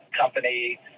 company